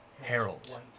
Harold